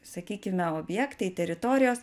sakykime objektai teritorijos